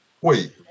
wait